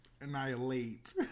annihilate